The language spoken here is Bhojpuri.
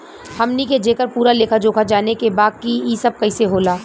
हमनी के जेकर पूरा लेखा जोखा जाने के बा की ई सब कैसे होला?